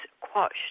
quashed